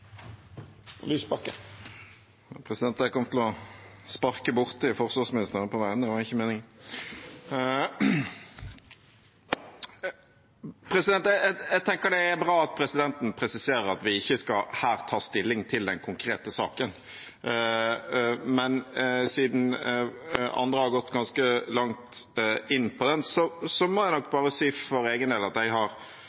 Jeg kom til å sparke borti forsvarsministeren på vei bort hit, men det var ikke meningen. Jeg tenker det er bra at presidenten presiserer at vi ikke her skal ta stilling til den konkrete saken, men siden andre har gått ganske langt inn på den, må jeg bare for egen del si at jeg